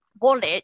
wallet